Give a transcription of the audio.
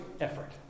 effort